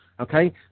Okay